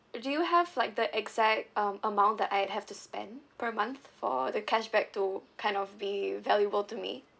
do you have like the exact um amount that I have to spend per month for the cashback to kind of be valuable to me